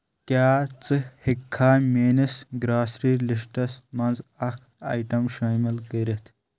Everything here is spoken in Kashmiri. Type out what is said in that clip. کیٛاہ ژٕ ہیٚککھا میٲنِس گراسری لسٹس منٛز اکھ آیٹَم شٲمل کٔرِتھ